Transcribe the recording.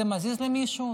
זה מזיז למישהו?